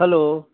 hello